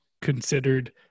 considered